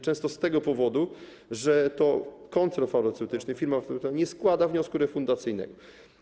Często z tego powodu, że to koncern farmaceutyczny, firma farmaceutyczna nie składa wniosku refundacyjnego.